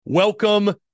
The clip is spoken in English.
Welcome